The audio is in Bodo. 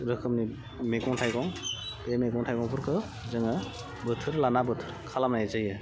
रोखोमनि मैगं थाइगं बे मैगं थाइगंफोरखो जोङो बोथोर लाना बोथोर खालामनाय जायो